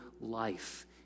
life